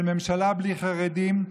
על ממשלה בלי חרדים,